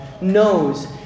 knows